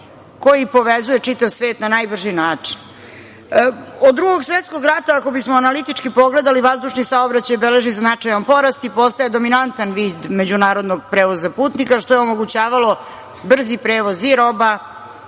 koji povezuje čitav svet na najbrži mogući način. Od Drugog svetskog rata ako bismo analitički pogledali vazdušni saobraćaj beleži značaj porast i postaje dominantan vid međunarodnog prevoza putnika, što je omogućavalo brzi prevoz roba